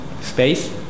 space